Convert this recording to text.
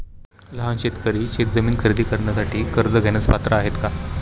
लहान शेतकरी शेतजमीन खरेदी करण्यासाठी कर्ज घेण्यास पात्र आहेत का?